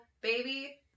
Baby